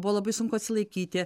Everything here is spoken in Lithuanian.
buvo labai sunku atsilaikyti